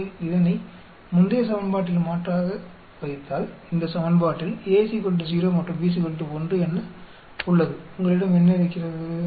நீங்கள் இதனை முந்தைய சமன்பாட்டில் மாற்றாக வைத்தால் இந்த சமன்பாட்டில் A 0 மற்றும் B 1 என உள்ளது உங்களிடம் என்ன இருக்கிறது